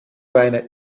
bijna